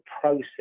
process